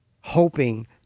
hoping